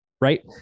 right